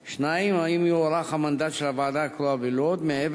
2. האם יוארך המנדט של הוועדה הקרואה בלוד מעבר